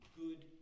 good